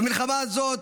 במלחמה הזאת,